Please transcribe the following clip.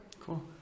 Cool